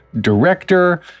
director